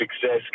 success